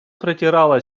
протирала